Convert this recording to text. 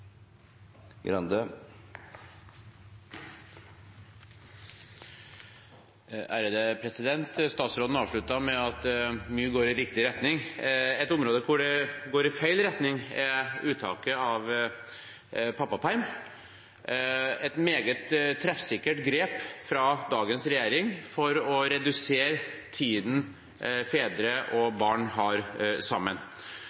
Statsråden avsluttet med at mye går i riktig retning. Et område der det går i feil retning, er uttaket av pappaperm – et meget treffsikkert grep fra dagens regjering for å redusere tiden fedre